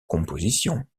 composition